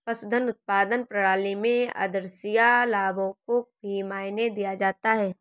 पशुधन उत्पादन प्रणाली में आद्रशिया लाभों को भी मायने दिया जाता है